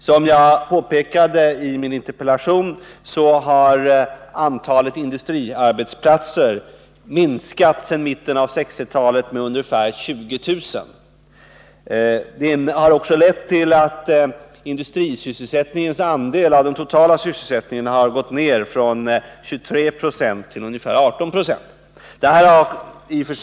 Som jag påpekat i min interpellation har antalet industriarbetsplatser minskat sedan mitten av 1960-talet med ungefär 20 000. Detta har också lett till att industrisysselsättningens andel av den totala sysselsättningen har gått ned från 23 2 till ungefär 18 26.